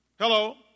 Hello